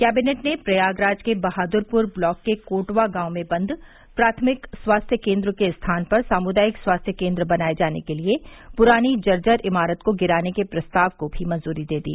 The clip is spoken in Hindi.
कैबिनेट ने प्रयागराज के बहादुरपुर ब्लॉक के कोटवा गांव में बंद प्राथमिक स्वास्थ्य केंद्र के स्थान पर सामुदायिक स्वास्थ्य केंद्र बनाए जाने के लिए पुरानी जर्जर इमारत को गिराने के प्रस्ताव को भी मंजूरी दे दी